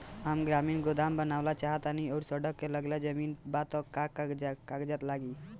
हम ग्रामीण गोदाम बनावल चाहतानी और सड़क से लगले जमीन बा त का कागज लागी आ सरकारी अनुदान बा का?